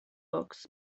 box